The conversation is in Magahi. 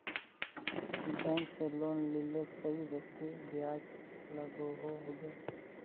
बैंक से लोन लिले कई व्यक्ति ब्याज लागोहो होबे?